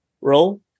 Roll